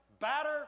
batter